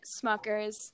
Smuckers